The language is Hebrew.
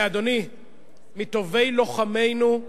אדוני, מטובי לוחמינו.